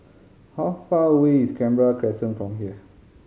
how far away is Canberra Crescent from here